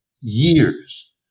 years